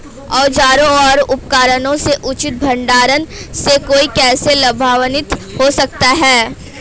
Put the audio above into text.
औजारों और उपकरणों के उचित भंडारण से कोई कैसे लाभान्वित हो सकता है?